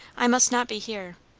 i must not be here.